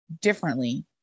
differently